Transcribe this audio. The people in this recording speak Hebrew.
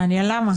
מעניין למה.